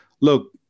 look